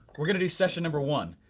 we're gonna do session number one.